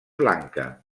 blanca